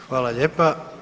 Hvala lijepa.